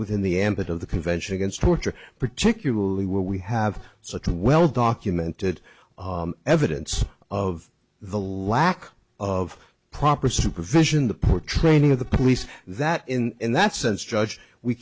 within the ambit of the convention against torture particularly where we have such well documented evidence of the lack of proper supervision the poor training of the police that in that sense judge we